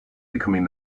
becoming